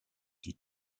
die